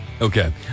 Okay